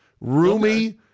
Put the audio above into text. Roomy